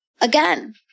again